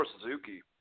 Suzuki